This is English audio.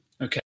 Okay